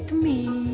me